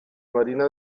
marina